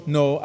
no